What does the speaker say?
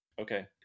Okay